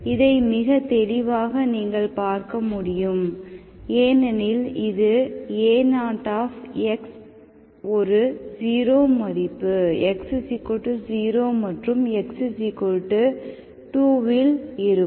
இதை மிக தெளிவாக நீங்கள் பார்க்க முடியும் ஏனெனில் இது a0 ஒரு 0 மதிப்பு x 0 மற்றும் x 2 இல் இருக்கும்